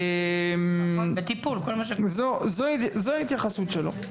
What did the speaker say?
זו ההתייחסות שלו.